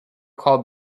called